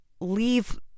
leave